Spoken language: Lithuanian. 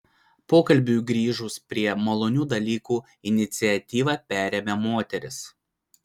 pokalbiui grįžus prie malonių dalykų iniciatyvą perėmė moterys